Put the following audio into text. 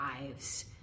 lives